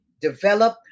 develop